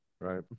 Right